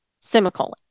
semicolon